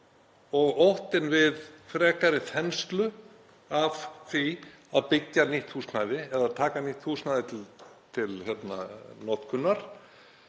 Og óttinn við frekari þenslu af því að byggja nýtt húsnæði eða taka nýtt húsnæði til notkunar